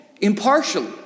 impartially